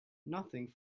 nothing